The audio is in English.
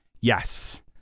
Yes